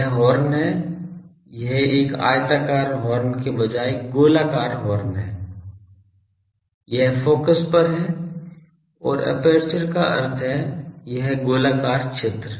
यह हॉर्न है यह एक आयताकार हॉर्न के बजाय गोलाकार हॉर्न है यह फोकस पर है और एपर्चर का अर्थ है यह गोलाकार क्षेत्र